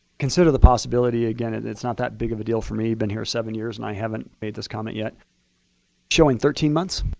consider the possibility again, it's it's not that big of a deal for me. i've been here seven years and i haven't made this comment yet showing thirteen months.